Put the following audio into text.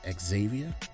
Xavier